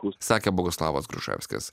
kaip sakė boguslavas gruževskis